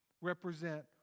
represent